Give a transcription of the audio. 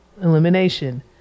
elimination